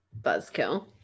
buzzkill